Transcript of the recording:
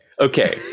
Okay